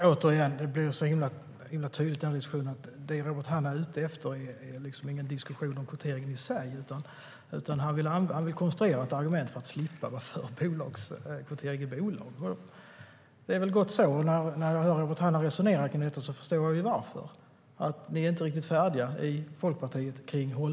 Herr talman! Det blir tydligt i diskussionen att det Robert Hannah är ute efter inte är någon diskussion om kvotering i sig. Han vill konstruera ett argument för att slippa vara för kvotering i bolag. Det är väl gott så. Och när jag hör Robert Hannah resonera om detta förstår jag varför. Ni är inte riktigt färdiga i Folkpartiet.